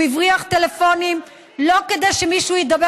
הוא הבריח טלפונים לא כדי שמישהו ידבר